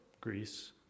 Greece